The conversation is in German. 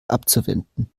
abzuwenden